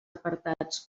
apartats